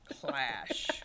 Clash